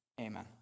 amen